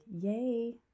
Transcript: yay